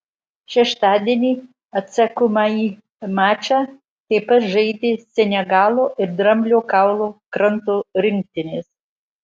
šeštadienį atsakomąjį mačą taip pat žaidė senegalo ir dramblio kaulo kranto rinktinės